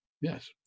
yes